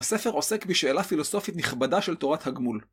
הספר עוסק בשאלה פילוסופית נכבדה של תורת הגמול.